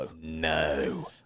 No